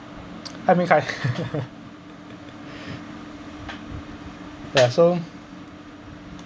hi ming kai ya so